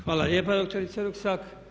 Hvala lijepa dr. Rusak.